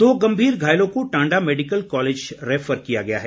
दो गंभीर घायलों को टांडा मेडिकल कॉलेज रैफर किया गया है